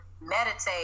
meditate